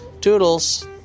toodles